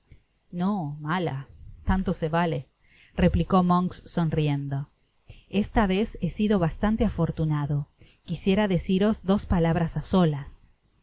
no mala taoto se vale replicó monks son riendas esta vez he sido bástante afortunado quisiera deciros dos palabras solas